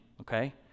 okay